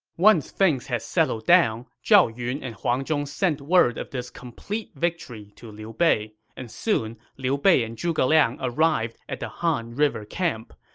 once things had settled down, zhao yun and huang zhong sent word of this complete victory to liu bei, and soon, liu bei and zhuge liang arrived at the han river camp.